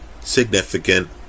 significant